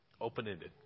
Open-ended